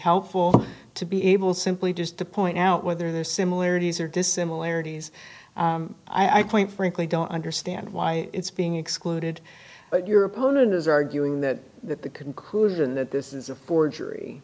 helpful to be able simply just to point out whether there are similarities or dissimilarities i point frankly don't understand why it's being excluded but your opponent is arguing that that the conclusion that this is a forgery